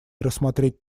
рассмотреть